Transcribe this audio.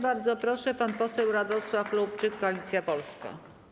Bardzo proszę, pan poseł Radosław Lubczyk, Koalicja Polska.